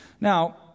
NOW